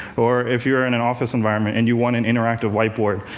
or if you're in an office environment, and you want an interactive whiteboard,